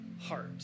heart